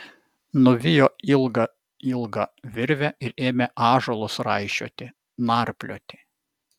nuvijo ilgą ilgą virvę ir ėmė ąžuolus raišioti narplioti